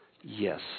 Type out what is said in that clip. Yes